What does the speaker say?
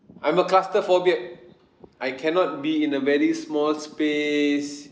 I am a claustrophobic I cannot be in a very small space